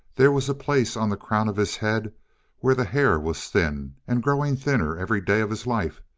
there was a place on the crown of his head where the hair was thin, and growing thinner every day of his life,